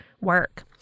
work